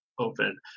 open